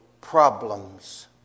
problems